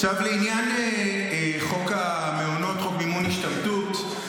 עכשיו לעניין חוק המעונות, חוק מימון השתמטות.